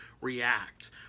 react